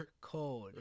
cold